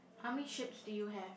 how many ships do you have